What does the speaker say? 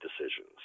decisions